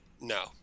No